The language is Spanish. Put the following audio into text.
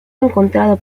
encontrado